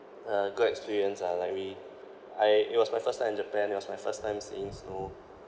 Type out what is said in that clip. a good experience ah like we I it was my first time in japan it was my first time seeing snow